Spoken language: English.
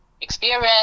experience